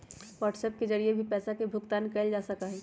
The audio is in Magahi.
व्हाट्सएप के जरिए भी पैसा के भुगतान कइल जा सका हई